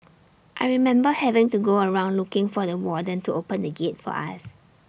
I remember having to go around looking for the warden to open the gate for us